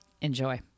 Enjoy